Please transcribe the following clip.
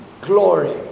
Glory